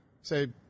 say